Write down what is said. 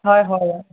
হয় হয়